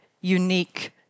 unique